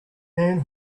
man